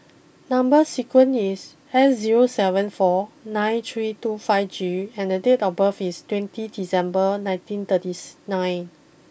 number sequence is S zero seven four nine three two five G and date of birth is twenty December nineteen thirtieth nine